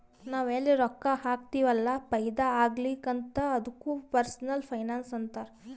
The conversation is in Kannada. ನಾವ್ ಎಲ್ಲಿ ರೊಕ್ಕಾ ಹಾಕ್ತಿವ್ ಅಲ್ಲ ಫೈದಾ ಆಗ್ಲಿ ಅಂತ್ ಅದ್ದುಕ ಪರ್ಸನಲ್ ಫೈನಾನ್ಸ್ ಅಂತಾರ್